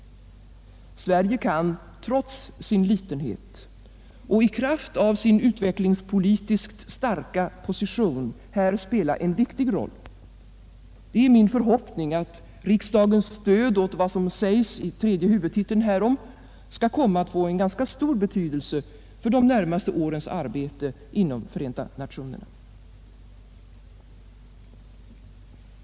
Sverige kan, trots sin litenhet, i kraft av sin utvecklingspolitiskt starka position här spela en viktig roll. Det är min förhoppning att riksdagens stöd åt vad som sägs i tredje huvudtiteln härom skall komma att få en ganska stor betydelse för de närmaste årens arbete inom Förenta nationerna.